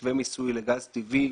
מתווה מיסוי לגז טבעי.